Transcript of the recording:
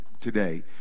today